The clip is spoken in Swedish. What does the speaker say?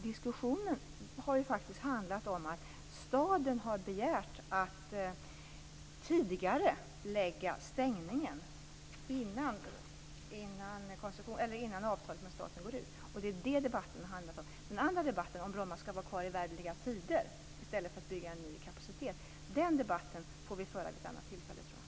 Diskussionen har faktiskt handlat om att staden har begärt att få tidigarelägga stängningen, innan avtalet med staten går ut. Det är det debatten har handlat om. Den andra debatten, om Bromma skall vara kvar i evärdlig tid i stället för att man bygger ny kapacitet, får vi föra vid något annat tillfälle, tror jag.